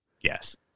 Yes